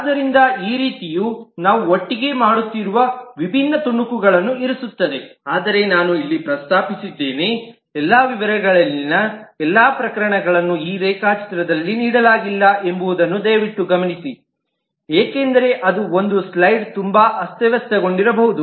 ಆದ್ದರಿಂದ ಈ ರೀತಿಯು ನಾವು ಒಟ್ಟಿಗೆ ಮಾಡುತ್ತಿರುವ ವಿಭಿನ್ನ ತುಣುಕುಗಳನ್ನು ಇರಿಸುತ್ತದೆ ಆದರೆ ನಾನು ಇಲ್ಲಿ ಪ್ರಸ್ತಾಪಿಸಿದ್ದೇನೆ ಎಲ್ಲಾ ವಿವರಗಳಲ್ಲಿನ ಎಲ್ಲಾ ಪ್ರಕರಣಗಳನ್ನು ಈ ರೇಖಾಚಿತ್ರದಲ್ಲಿ ನೀಡಲಾಗಿಲ್ಲ ಎಂಬುದನ್ನು ದಯವಿಟ್ಟು ಗಮನಿಸಿ ಏಕೆಂದರೆ ಅದು ಒಂದು ಸ್ಲೈಡ್ನಲ್ಲಿ ತುಂಬಾ ಅಸ್ತವ್ಯಸ್ತಗೊಂಡಿರಬಹುದು